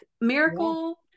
Miracle